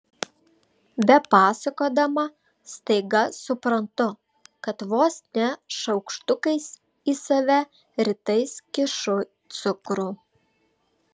bepasakodama staiga suprantu kad vos ne šaukštukais į save rytais kišu cukrų